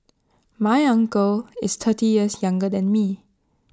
my uncle is thirty years younger than me